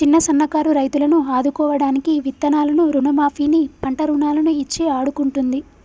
చిన్న సన్న కారు రైతులను ఆదుకోడానికి విత్తనాలను రుణ మాఫీ ని, పంట రుణాలను ఇచ్చి ఆడుకుంటుంది